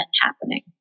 happening